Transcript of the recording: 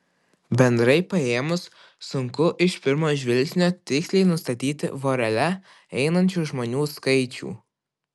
bendrai paėmus sunku iš pirmo žvilgsnio tiksliai nustatyti vorele einančių žmonių skaičių